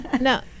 No